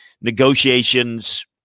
negotiations